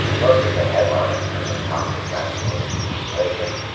most of the headlines on the toxic masculinity beat, lately,